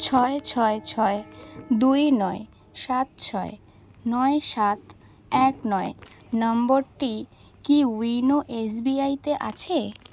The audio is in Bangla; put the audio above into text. ছয় ছয় ছয় দুই নয় সাত ছয় নয় সাত এক নয় নম্বরটি কি ইয়োনো এসবিআইতে আছে